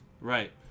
right